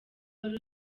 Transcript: wari